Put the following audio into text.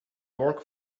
work